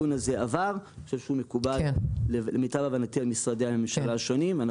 ולמיטב הבנתי הוא מקובל על משרדי הממשלה השונים.